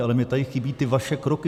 Ale mně tady chybí ty vaše kroky.